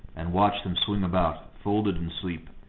and watch them swing about, folded in sleep,